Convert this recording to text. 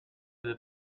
the